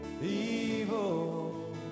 evil